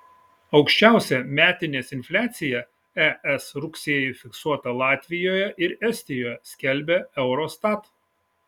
aukščiausia metinės infliacija es rugsėjį fiksuota latvijoje ir estijoje skelbia eurostat